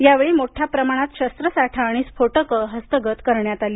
या वेळी मोठ्या प्रमाणात शस्त्रसाठा आणि स्फोटक हस्तगत करण्यात आली